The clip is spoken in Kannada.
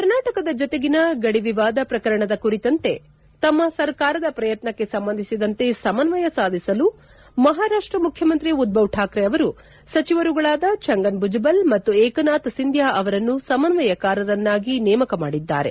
ಕರ್ನಾಟಕದ ಜತೆಗಿನ ಗಡಿ ವಿವಾದ ಪ್ರಕರಣದ ಕುರಿತಂತೆ ತಮ್ನ ಸರ್ಕಾರದ ಪ್ರಯತ್ನಕ್ಷೆ ಸಂಬಂಧಿಸಿದಂತೆ ಸಮನ್ವಯ ಸಾಧಿಸಲು ಮಹಾರಾಷ್ಷ ಮುಖ್ಯಮಂತ್ರಿ ಉದ್ದವ್ ಶಾಕ್ರೆ ಅವರು ಸಚಿವರುಗಳಾದ ಚಂಗನ್ ಭುಜಬಲ್ ಮತ್ತು ಏಕನಾಥ್ ಸಿಂಧ್ದ ಅವರನ್ನು ಸಮನ್ವಯಕಾರರನ್ನಾಗಿ ನೇಮಕ ಮಾಡಿದ್ದಾರೆ